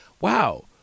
wow –